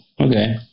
okay